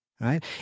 Right